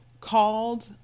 called